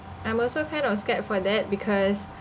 I'm also kind of scared for that because